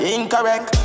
Incorrect